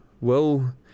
well